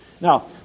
Now